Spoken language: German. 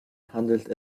handelt